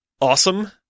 awesome